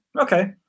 okay